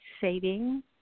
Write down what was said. saving